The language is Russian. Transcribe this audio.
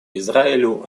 израилю